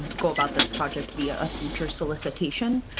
go about this project via a future solicitation,